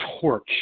torch